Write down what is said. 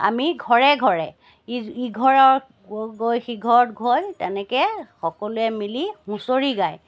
আমি ঘৰে ঘৰে ই ইঘৰত গৈ সিঘৰত গৈ তেনেকৈ সকলোৱে মিলি হুঁচৰি গায়